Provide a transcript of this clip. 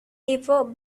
ever